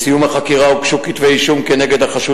בסיום החקירה הוגשו כתבי-אישום כנגד החשוד